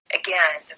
again